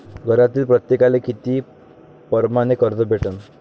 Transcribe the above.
घरातील प्रत्येकाले किती परमाने कर्ज भेटन?